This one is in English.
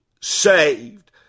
saved